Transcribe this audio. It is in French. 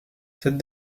cette